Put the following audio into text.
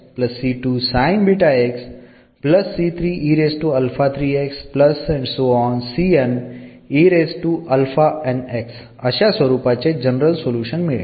तर या ठिकाणी अशा स्वरूपाचे जनरल सोल्युशन मिळेल